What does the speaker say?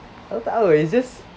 aku tak tahu is just